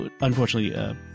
unfortunately